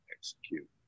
execute